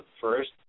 first